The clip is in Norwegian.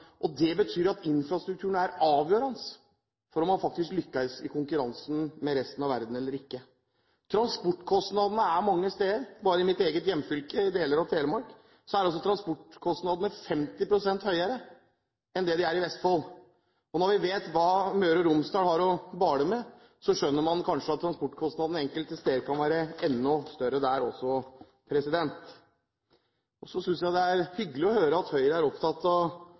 konkurransen med resten av verden eller ikke. Transportkostnadene er mange steder høye. Bare i mitt eget hjemfylke, Telemark, er transportkostnadene i deler av fylket 50 pst. høyere enn i Vestfold. Når vi vet hva Møre og Romsdal har å bale med, skjønner man kanskje at transportkostnadene enkelte steder kan være enda høyere. Så synes jeg det er hyggelig å høre at Høyre er opptatt av